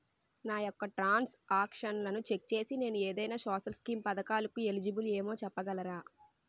నా యెక్క ట్రాన్స్ ఆక్షన్లను చెక్ చేసి నేను ఏదైనా సోషల్ స్కీం పథకాలు కు ఎలిజిబుల్ ఏమో చెప్పగలరా?